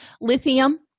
Lithium